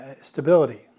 stability